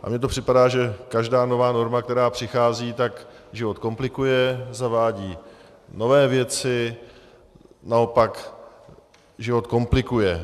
A mně to připadá, že každá nová norma, která přichází, tak život komplikuje, zavádí nové věci, naopak život komplikuje.